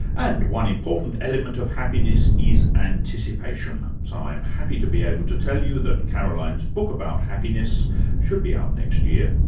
and one important element of happiness is anticipation, so i'm happy to be able to tell you that caroline's book about happiness should be out next year.